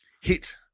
hit